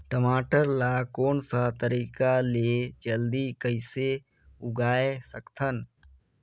टमाटर ला कोन सा तरीका ले जल्दी कइसे उगाय सकथन?